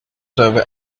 survey